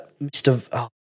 Mr